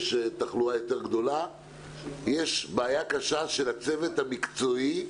יש בעיה קשה של הצוות המקצועי.